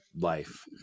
life